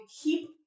keep